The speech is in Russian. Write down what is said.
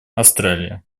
австралия